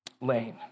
Lane